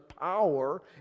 power